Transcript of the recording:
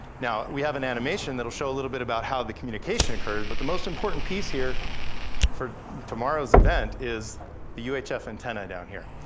now, we have an animation that'll show a little bit about how the communication occurs, but the most important piece here for tomorrow's event is the uhf antenna down here.